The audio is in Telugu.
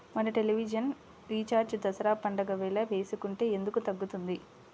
మన టెలివిజన్ రీఛార్జి దసరా పండగ వేళ వేసుకుంటే ఎందుకు తగ్గుతుంది?